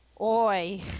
oi